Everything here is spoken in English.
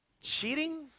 Cheating